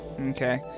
Okay